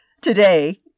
Today